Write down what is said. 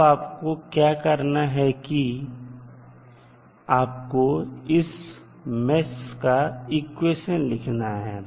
अब आपको क्या करना है कि आपको इस मेष का इक्वेशन लिखना है